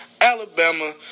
Alabama